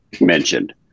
mentioned